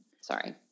Sorry